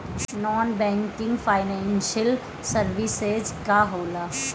Non banking financial services का होला?